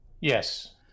Yes